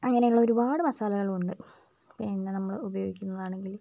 അങ്ങനെയുള്ള ഒരുപാട് മസാലകളുമുണ്ട് പിന്നെ നമ്മൾ ഉപയോഗിക്കുന്നതാണെങ്കിൽ